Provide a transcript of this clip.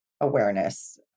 awareness